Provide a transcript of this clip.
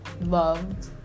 loved